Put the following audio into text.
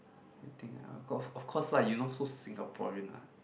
you think lah of course lah you not so Singaporean lah